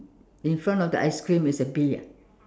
in front of the ice cream is a bee ah